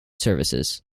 services